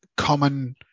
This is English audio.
common